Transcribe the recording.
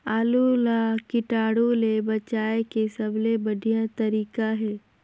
आलू ला कीटाणु ले बचाय के सबले बढ़िया तारीक हे?